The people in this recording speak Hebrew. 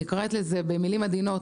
אני קוראת לזה במילים עדינות,